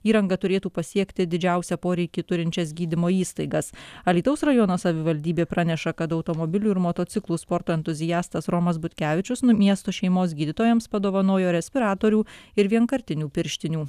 įranga turėtų pasiekti didžiausią poreikį turinčias gydymo įstaigas alytaus rajono savivaldybė praneša kad automobilių ir motociklų sporto entuziastas romas butkevičius nu miesto šeimos gydytojams padovanojo respiratorių ir vienkartinių pirštinių